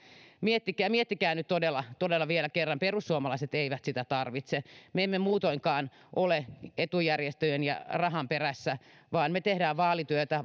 kyytiä kuunneltavaksi miettikää nyt todella todella vielä kerran perussuomalaiset eivät sitä tarvitse me emme muutoinkaan ole etujärjestöjen ja rahan perässä vaan me teemme vaalityötä